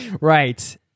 right